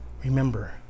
Remember